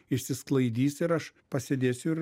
išsisklaidys ir aš pasėdėsiu ir maišas